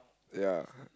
ya